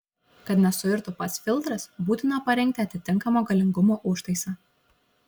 kad nesuirtų pats filtras būtina parinkti atitinkamo galingumo užtaisą